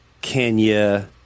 Kenya